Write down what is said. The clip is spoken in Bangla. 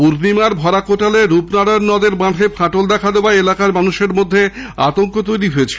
পূর্ণিমার ভরা কোটালে রূপনারায়ণ নদের বাঁধে ফাটল দেখা দেওয়ায় এলাকার মানুষের মধ্যে আতঙ্ক তৈরি হয়েছে